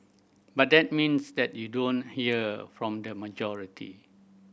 but that means that you don't want hear from the majority